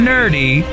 Nerdy